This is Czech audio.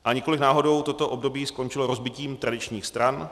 A nikoliv náhodou toto období skončilo rozbitím tradičních stran.